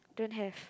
don't have